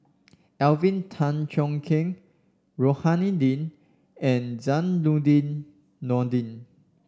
Alvin Tan Cheong Kheng Rohani Din and Zainudin Nordin